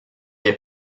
est